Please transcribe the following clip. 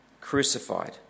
crucified